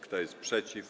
Kto jest przeciw?